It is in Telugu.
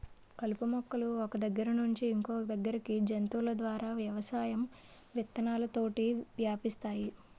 కలుపు మొక్కలు ఒక్క దగ్గర నుండి ఇంకొదగ్గరికి జంతువుల ద్వారా వ్యవసాయం విత్తనాలతోటి వ్యాపిస్తాయి